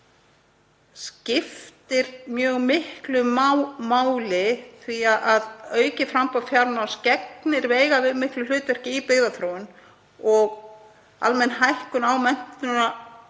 skiptir mjög miklu máli því að aukið framboð fjarnáms gegnir veigamiklu hlutverki í byggðaþróun og almenn hækkun á menntunarstigi